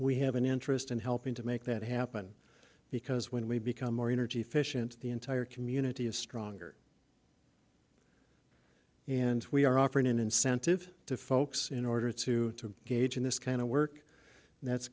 we have an interest in helping to make that happen because when we become more energy efficient the entire community is stronger and we are offering an incentive to folks in order to gauge in this kind of work that's